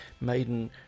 Maiden